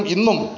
Innum